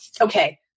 Okay